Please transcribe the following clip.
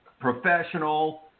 professional